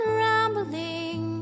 rambling